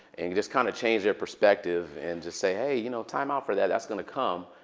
and just kind of change their perspective and just say, hey, you know time out for that. that's going to come.